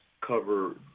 cover